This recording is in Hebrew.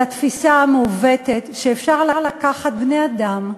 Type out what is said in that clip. על התפיסה המעוותת שאפשר לקחת בני-אדם,